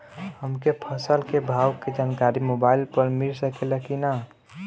हमके फसल के भाव के जानकारी मोबाइल पर मिल सकेला की ना?